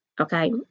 okay